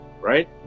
right